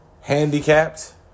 handicapped